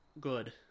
good